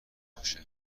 باشه